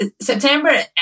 September